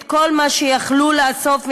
את כל הכסף שיכלו לאסוף,